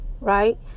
right